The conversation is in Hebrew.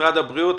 ממשרד הבריאות.